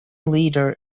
leader